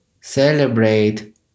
celebrate